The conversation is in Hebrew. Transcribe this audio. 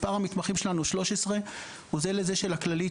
מספר המתמחים שלנו 13, הוא זהה לזה של הכללית.